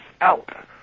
out